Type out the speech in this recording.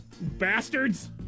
Bastards